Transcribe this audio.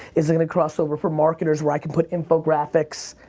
is it gonna cross over for marketers where i can put info-graphics?